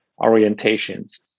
orientations